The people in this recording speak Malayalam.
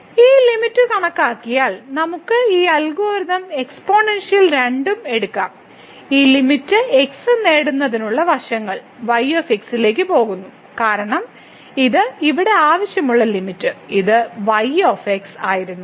ഈ ലിമിറ്റ് കണക്കാക്കിയാൽ നമുക്ക് ഈ അൽഗോരിതം എക്സ്പോണൻഷ്യൽ രണ്ടും എടുക്കാം ഈ ലിമിറ്റ് x നേടുന്നതിനുള്ള വശങ്ങൾ y ലേക്ക് പോകുന്നു കാരണം ഇത് ഇവിടെ ആവശ്യമുള്ള ലിമിറ്റ് ഇത് y ആയിരുന്നു